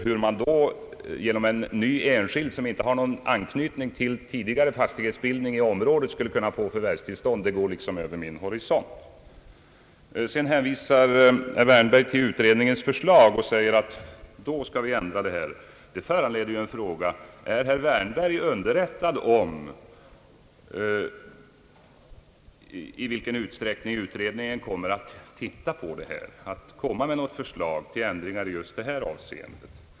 Hur då en ny enskild ägare, som inte har någon anknytning till tidigare fastighetsbildning i området, skulle kunna få förvärvstillstånd, det går över min horisont. Herr Wärnberg hänvisar sedan till utredningens förslag och säger att när det kommer skall vi göra denna ändring. Det föranleder frågan: Är herr Wärnberg underrättad om i vilken utsträckning utredningen kommer att titta på det här problemet och framlägga något förslag till ändring just i detta avseende?